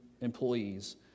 employees